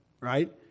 right